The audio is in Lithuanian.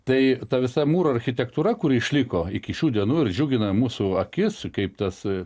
tai ta visa mūro architektūra kuri išliko iki šių dienų ir džiugina mūsų akis kaip tas